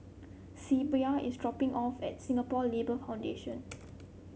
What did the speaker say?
Sybilla is dropping off at Singapore Labour Foundation